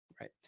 right